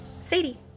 Sadie